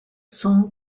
son